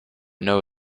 know